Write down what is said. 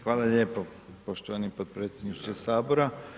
Hvala lijepo poštovani potpredsjedniče Sabora.